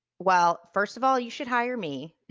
well first of all you should hire me